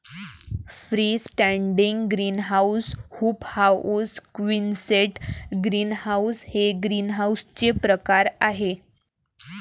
free standing greenhouse, hoop house, quonset greenhouse हे ग्रीनहाऊसचे प्रकार आहे